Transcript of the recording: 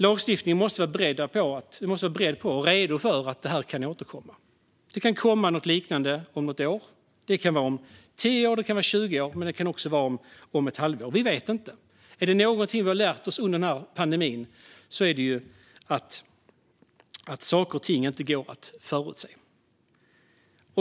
Lagstiftningen måste vara beredd och redo för att något liknande kan återkomma om ett år, tio år eller tjugo år, men också om ett halvår - vi vet inte. Om det är något som vi har lärt oss under pandemin är det att saker och ting inte går att förutse.